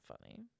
funny